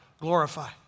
glorify